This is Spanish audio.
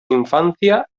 infancia